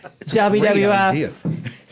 WWF